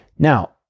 Now